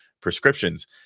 prescriptions